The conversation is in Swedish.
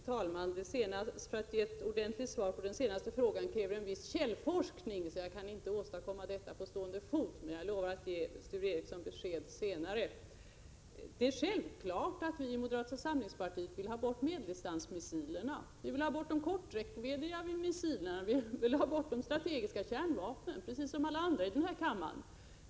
Herr talman! För att ge ett ordentligt svar på den senaste frågan krävs det en viss källforskning. Jag kan inte åstadkomma detta på stående fot, men jag lovar att ge Sture Ericson besked senare. Det är självklart att vi i moderata samlingspartiet vill ha bort medeldistansmissilerna. Vi vill ha bort de korträckviddiga missilerna, vi vill ha bort de strategiska kärnvapnen — precis som alla andra i den här kammaren.